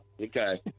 Okay